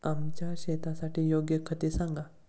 आमच्या शेतासाठी योग्य खते सांगा